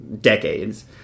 decades